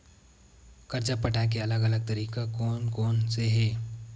कर्जा पटाये के अलग अलग तरीका कोन कोन से हे?